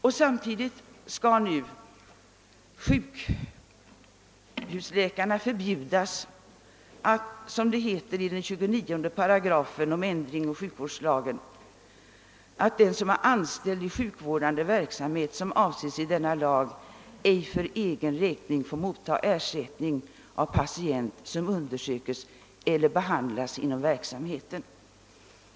I förslaget till ny lydelse av 29 8 sjukvårdslagen heter det att >»den som är anställd i sjukvårdande verksamhet som avses i denna lag må ej för egen räkning mottaga ersättning av patient som undersökes eller behandlas inom verksamheten».